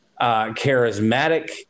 charismatic